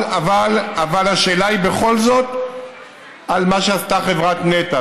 אבל השאלה היא בכל זאת על מה שעשתה חברת נת"ע,